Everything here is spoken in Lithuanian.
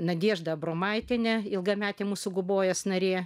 nadežda abromaitienė ilgametė mūsų gubojos narė